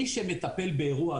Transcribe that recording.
מי שמטפל באירוע,